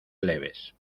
leves